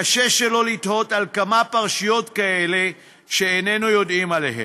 קשה שלא לתהות כמה פרשיות כאלה יש שאיננו יודעים עליהן.